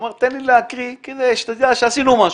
הוא אמר: תן לי להקריא כדי שתדע שעשינו משהו,